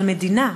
של המדינה,